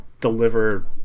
deliver